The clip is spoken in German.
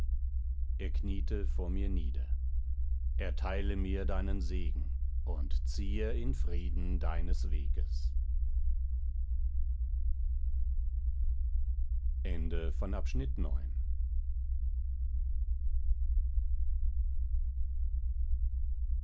er kniete vor mir nieder erteile mir deinen segen und ziehe in frieden deines weges